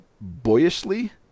boyishly